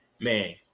Man